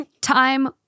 time